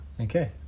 Okay